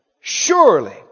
Surely